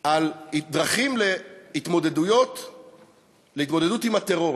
על דרכים להתמודדות עם הטרור.